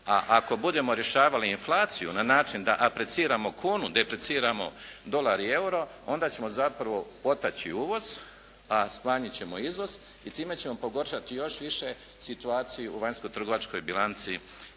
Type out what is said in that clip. A ako budemo rješavali inflaciju na način da apriciramo kunu, depriciramo dolar i euro onda ćemo zapravo potaći uvoz, a smanjit ćemo izvoz i time ćemo pogoršati još više situaciju u vanjsko-trgovačkoj bilanci